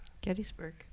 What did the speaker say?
Gettysburg